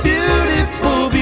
Beautiful